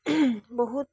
বহুত